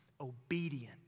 obedient